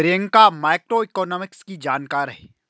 Priyanka macroeconomics की जानकार है